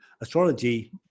astrology